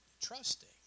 trusting